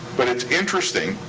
but it's interesting.